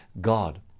God